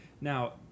now